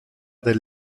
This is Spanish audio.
del